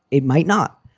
it might not.